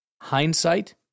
hindsight